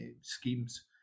schemes